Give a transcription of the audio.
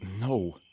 No